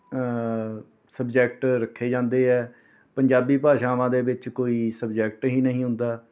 subject ਰੱਖੇ ਜਾਂਦੇ ਹੈ ਪੰਜਾਬੀ ਭਾਸ਼ਾਵਾਂ ਦੇ ਵਿੱਚ ਕੋਈ ਸਬਜੈਕਟ ਹੀ ਨਹੀਂ ਹੁੰਦਾ